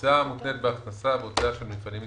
הוצאה המותנית בהכנסה והוצאה של מפעלים עסקיים,